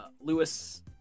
Lewis